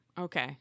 Okay